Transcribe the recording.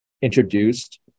introduced